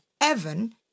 Evan